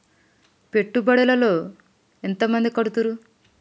పెట్టుబడుల లో ఎంత మంది కడుతరు?